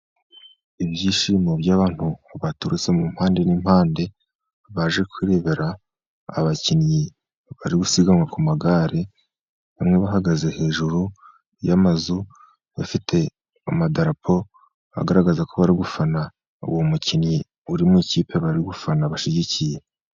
Ibyishimo by'abantu baturutse mu mpande n'impande, baje kurebera abakinnyi bari gusiganwa ku magare. Bamwe bahagaze hejuru y'amazu, bafite amadarapo agaragaza ko bari gufana uwo mukinnyi uri mu ikipe bari gufana bashyigikiye.